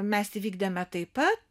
mes įvykdėme taip pat